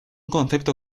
concepto